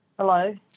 Hello